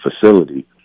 facility